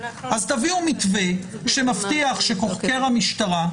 אז תביאו מתווה שמבטיח שחוקר המשטרה,